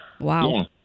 Wow